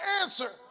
answer